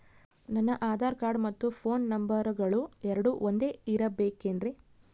ನನ್ನ ಆಧಾರ್ ಕಾರ್ಡ್ ಮತ್ತ ಪೋನ್ ನಂಬರಗಳು ಎರಡು ಒಂದೆ ಇರಬೇಕಿನ್ರಿ?